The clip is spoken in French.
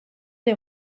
des